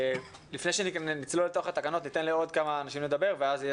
לפני שנצלול לתוך התקנות ניתן לעוד כמה אנשים לדבר ואז יהיה